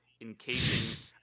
encasing